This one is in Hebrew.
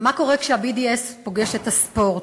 מה קורה כשה-BDS פוגש את הספורט,